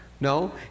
No